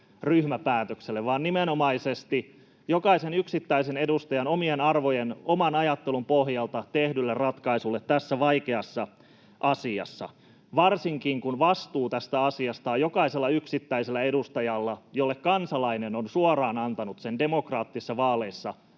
vaan nimenomaisesti jokaisen yksittäisen edustajan omien arvojen ja oman ajattelun pohjalta tehdylle ratkaisulle tässä vaikeassa asiassa, varsinkin kun vastuu tästä asiasta on jokaisella yksittäisellä edustajalla, jolle kansalainen on suoraan antanut demokraattisissa vaaleissa vallan